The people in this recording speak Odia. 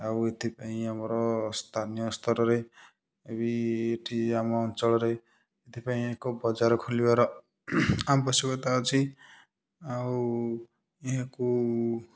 ଆଉ ଏଥିପାଇଁ ଆମର ସ୍ଥାନୀୟ ସ୍ତରରେ ଏବେ ଏଇଠି ଆମ ଅଞ୍ଚଳରେ ଏଥିପାଇଁ ଏକ ବଜାର ଖୋଲିବାର ଆବଶ୍ୟକତା ଅଛି ଆଉ ଏହାକୁ